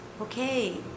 okay